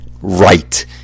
Right